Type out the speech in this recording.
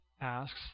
asks